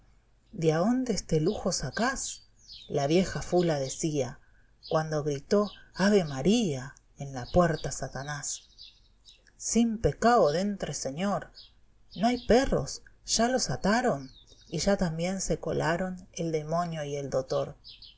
condenao jüiaonde este lujo sacas la vieja fula decía cuando gritó avemaria en la puerta satanás sin pecao dentre señor no hay perros ya los ataron y ya también se colaron el demonio y el dotor el